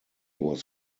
was